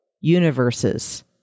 universes